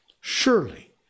Surely